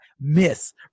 miss